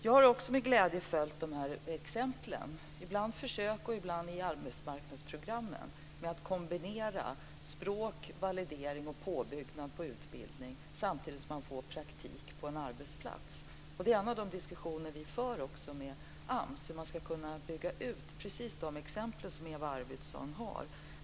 Jag har med glädje följt de här exemplen, ibland i försök och ibland i arbetsmarknadsprogrammen, där språk, validering och påbyggnad på utbildning kombineras samtidigt som man får praktik på en arbetsplats. En av de diskussioner som vi för med AMS handlar om hur man ska kunna bygga ut precis det som Eva Arvidsson tar upp som exempel.